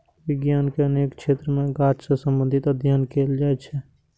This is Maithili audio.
विज्ञान के अनेक क्षेत्र मे गाछ सं संबंधित अध्ययन कैल जाइ छै